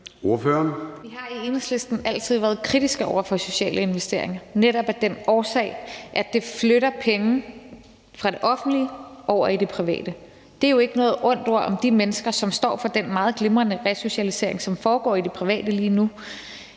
Vi har i Enhedslisten altid været kritiske over for sociale investeringer netop af den årsag, at det flytter penge fra det offentlige over i det private. Det er jo ikke noget ondt ord om de mennesker, som står for den meget glimrende resocialisering, som foregår i det private lige nu.